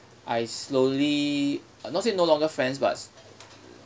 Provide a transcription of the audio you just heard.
I slowly uh not say no longer friends but